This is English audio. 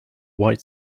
white